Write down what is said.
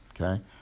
okay